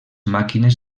màquines